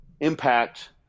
impact